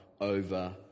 over